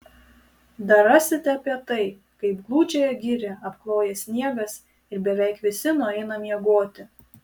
dar rasite apie tai kaip gūdžiąją girią apkloja sniegas ir beveik visi nueina miegoti